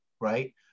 right